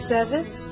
Service